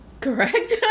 Correct